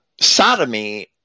Sodomy